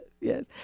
yes